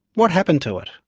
what happened to it?